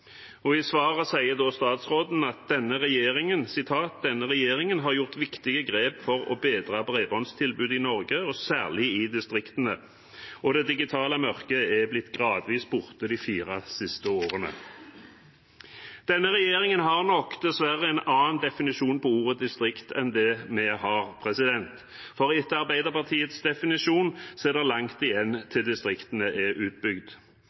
I svaret sier statsråden at «denne regjeringen har gjort viktige grep for å bedre bredbåndstilbudet i Norge og særlig i distriktene, og det digitale «digitale mørket» er blitt gradvis borte de fire siste årene». Denne regjeringen har nok dessverre en annen definisjon av ordet «distrikt» enn det vi har, for etter Arbeiderpartiets definisjon er det langt igjen til distriktene er utbygd.